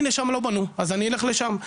הנה שם לא בנו אז אני אלך לשם,